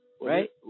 right